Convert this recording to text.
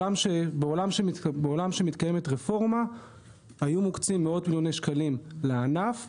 בעולם שמתקיימת רפורמה היו מוקצים מאות מיליוני לענף וחלקם,